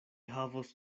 havos